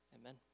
Amen